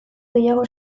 gehiago